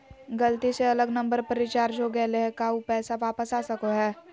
गलती से अलग नंबर पर रिचार्ज हो गेलै है का ऊ पैसा वापस आ सको है?